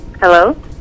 Hello